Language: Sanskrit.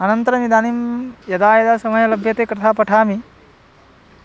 अनन्तरम् इदानीं यदा यदा समयः लभ्यते कथां पठामि